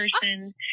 person